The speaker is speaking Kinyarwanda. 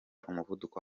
umuvuduko